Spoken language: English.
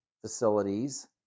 facilities